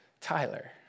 Tyler